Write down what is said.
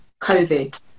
covid